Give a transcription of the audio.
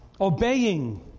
Obeying